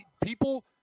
people